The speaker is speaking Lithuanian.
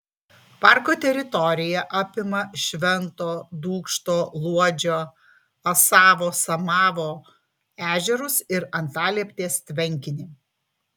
parko teritorija apima švento dūkšto luodžio asavo samavo ežerus ir antalieptės tvenkinį